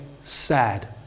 sad